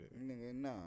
Nah